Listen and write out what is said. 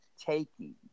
taking